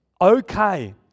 okay